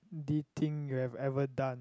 thing you have ever done